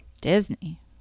Disney